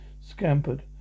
scampered